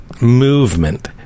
movement